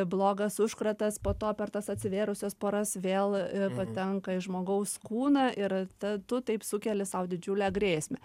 blogas užkratas po to per tas atsivėrusias poras vėl patenka į žmogaus kūną ir ta tu taip sukeli sau didžiulę grėsmę